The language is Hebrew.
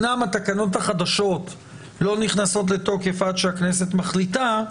אמנם התקנות החדשות לא נכנסות לתוקף עד שהכנסת מחליטה,